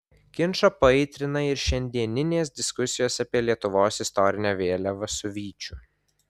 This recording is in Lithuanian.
ginčą paaitrina ir šiandieninės diskusijos apie lietuvos istorinę vėliavą su vyčiu